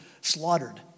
slaughtered